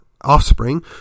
offspring